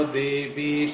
devi